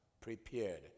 prepared